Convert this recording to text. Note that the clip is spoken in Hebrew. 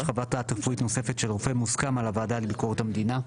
חוות דעת רפואית נוספת של רופא מוסכם על הוועדה לביקורת המדינה'.